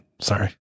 sorry